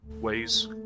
ways